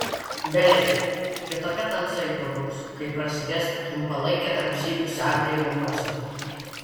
beje kitokia tamsa jį pagaus kai prasidės trumpalaikė tamsybių siautėjimo pasiutpolkė